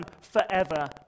forever